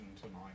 tonight